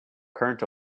current